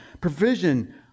provision